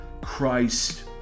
Christ